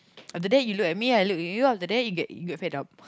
after that you look at me I look at you after that you get fed up